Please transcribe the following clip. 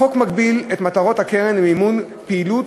החוק מגביל את מטרות הקרן למימון פעילות